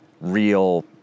real